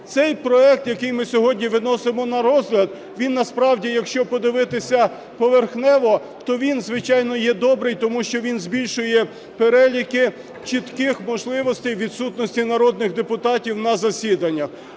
Цей проект, який ми сьогодні виносимо на розгляд, він насправді, якщо подивитися поверхнево, то він, звичайно, є добрий, тому що він збільшує переліки чітких можливостей відсутності народних депутатів на засіданнях.